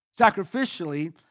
sacrificially